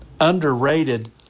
underrated